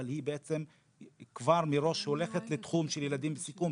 אבל היא כבר מראש הולכת לתחום של ילדים בסיכון,